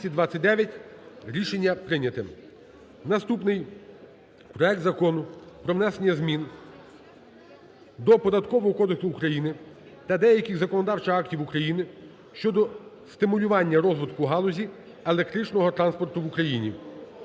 Рішення прийнято. Наступний. Проект Закону про внесення змін до Податкового кодексу України та деяких законодавчих актів України щодо стимулювання розвитку галузі електричного транспорту в Україні